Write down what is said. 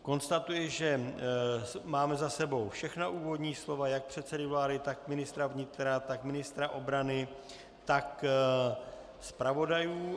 Konstatuji, že máme za sebou všechna úvodní slova jak předsedy vlády, tak ministra vnitra, tak ministra obrany, tak zpravodajů.